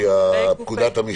יש גופי חירום לפי פקודת המשטרה.